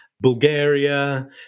Bulgaria